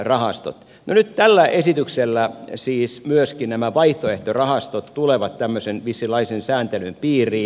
no nyt tällä esityksellä siis myöskin nämä vaihtoehtorahastot tulevat tämmöisen vissinlaisen sääntelyn piiriin